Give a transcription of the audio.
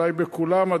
אולי בכולם,